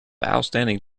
outstanding